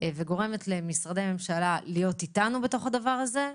וגורמת למשרדי הממשלה להיות איתנו בתוך הדבר הזה,